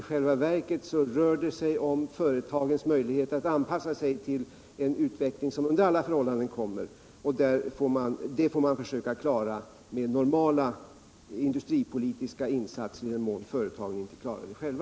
I själva verket rör det sig om företagens möjligheter att anpassa sig till en utveckling som under alla förhållanden kommer, och den får vi försöka klara med normala industripolitiska insatser i den mån företagen inte klarar den själva.